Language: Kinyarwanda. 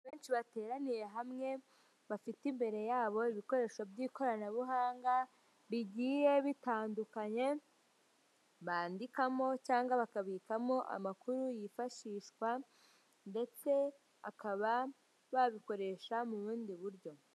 Abantu benshi bateraniye hamwe bafite imbere yabo ibikoresho by'ikoranabuhanga bigiye bitandukanye, bandikamo cyangwa bakabikamo amakuru yifashishwa, ndetse bakaba babikoresha mu bundi buryo.